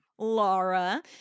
Laura